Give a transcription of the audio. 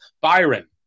Byron